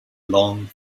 long